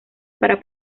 para